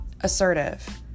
assertive